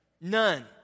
None